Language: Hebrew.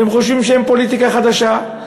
והם חושבים שהם פוליטיקה חדשה.